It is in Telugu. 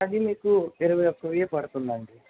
అది మీకు ఇరవై ఒక్క వెయ్యి పడుతుంది అండి